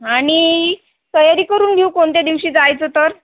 आणि तयारी करून घेऊ कोणत्या दिवशी जायचं तर